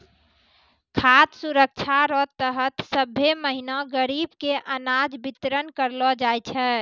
खाद सुरक्षा रो तहत सभ्भे महीना गरीब के अनाज बितरन करलो जाय छै